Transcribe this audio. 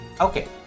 Okay